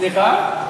סליחה?